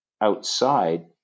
outside